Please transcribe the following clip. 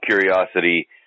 curiosity